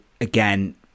Again